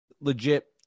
legit